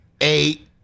eight